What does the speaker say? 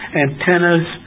antennas